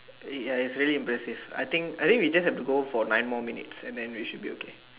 ya it's really impressive I think I think we just have to go for nine more minutes and then we should be okay